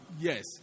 Yes